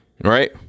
Right